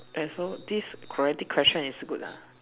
I saw this question is good lah